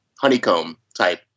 honeycomb-type